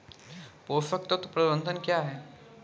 पोषक तत्व प्रबंधन क्या है?